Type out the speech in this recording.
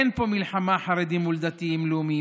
אין פה מלחמה של חרדים מול דתיים לאומיים,